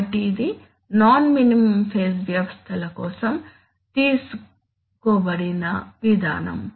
కాబట్టి ఇది non minimum phase వ్యవస్థల కోసం తీసుకోబడిన విధానం